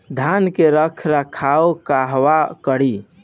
धान के रख रखाव कहवा करी?